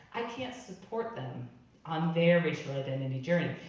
i can't support them on their racial identity journey.